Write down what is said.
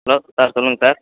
hello sir சொல்லுங்கள் sir